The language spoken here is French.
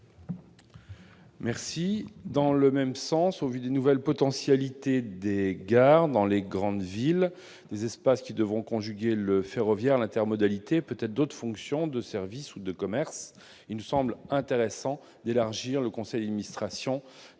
Jacquin. Dans le même sens, au vu des nouvelles potentialités des gares dans les grandes villes- ces espaces devront conjuguer le ferroviaire, l'intermodalité et peut-être d'autres fonctions de service ou de commerce -, il nous semble intéressant d'élargir le conseil d'administration